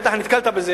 בטח נתקלת בזה,